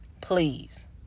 please